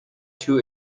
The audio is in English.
too